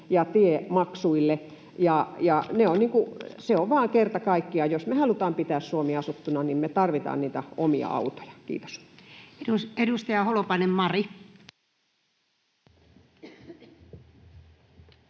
ja tiemaksuille. Se on vain kerta kaikkiaan niin, että jos me halutaan pitää Suomi asuttuna, me tarvitaan niitä omia autoja. — Kiitos. [Speech 93]